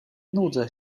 nudzę